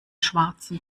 schwarzen